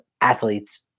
athletes